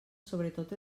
sobretot